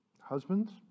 Husbands